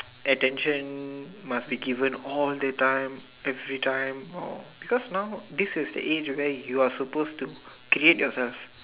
attention must be given all the time every time or because now this is the age is where you are suppose to create yourself